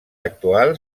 actual